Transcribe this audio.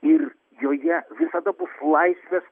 ir joje visada bus laisvės